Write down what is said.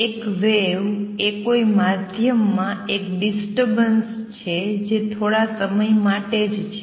એક વેવ એ કોઈ માધ્યમ મા એક ડિસ્ટર્બન્સ છે જે થોડા સમય માટે જ છે